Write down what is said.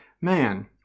man